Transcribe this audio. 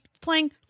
playing